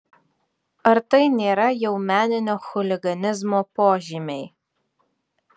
ar tai nėra jau meninio chuliganizmo požymiai